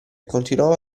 continuava